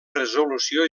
resolució